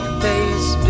face